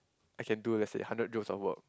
I can do let's say hundred joules of work